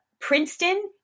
Princeton